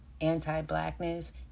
anti-blackness